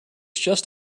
just